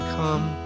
come